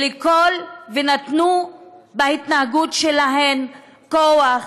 ונתנו בהתנהגות שלהן כוח